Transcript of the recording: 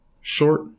short